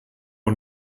und